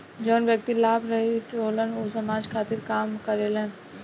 जवन व्यक्ति लाभ रहित होलन ऊ समाज खातिर काम करेलन